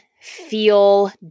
feel